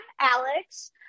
Alex